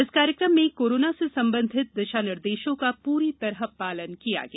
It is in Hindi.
इस कार्यक्रम में कोरोना से संबंधित दिशा निर्देशों का पूरी तरह पालन किया गया